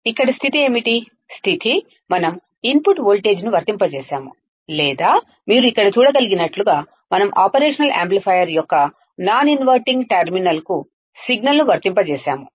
ఇక్కడస్థితి ఏమిటి ఈ సందర్భం లో మనం ఇన్పుట్ వోల్టేజ్ను వర్తింపజేసాము లేదా మీరు ఇక్కడ చూడగలిగినట్లుగా మనం ఆపరేషనల్ యాంప్లిఫైయర్ యొక్క నాన్ ఇన్వర్టింగ్ టెర్మినల్కు సిగ్నల్ను వర్తింపజేసాము